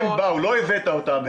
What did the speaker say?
הם באו, לא הבאת אותם.